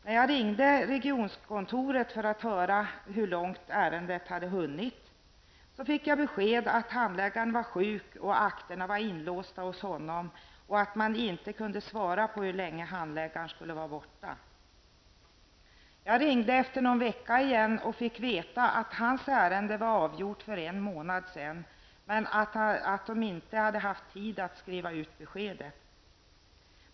När jag ringde regionkontoret för att höra hur långt ärendet hade hunnit, fick jag besked om att handläggaren var sjuk och att akterna var inlåsta hos honom. Man kunde inte ge besked om hur länge han skulle vara borta. Efter någon vecka ringde jag igen och fick då veta att ärendet var avgjort för en månad sedan men att man inte hade haft tid att skriva ut beskedet.